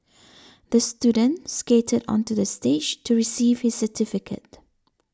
the student skated onto the stage to receive his certificate